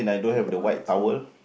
K one two